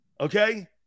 Okay